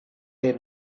they